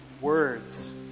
words